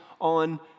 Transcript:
on